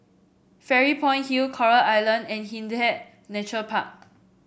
Fairy Point Hill Coral Island and Hindhede Nature Park